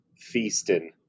feasting